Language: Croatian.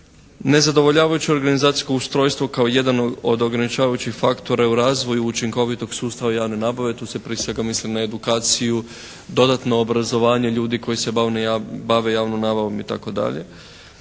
Nezadovoljavajuće organizacijsko ustrojstvo kao jedan od ograničavajućih faktora i u razvoju učinkovitog sustava javne nabave. Tu se prije svega misli na edukaciju, dodatno obrazovanje ljudi koji se bave javnom nabavom i